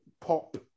pop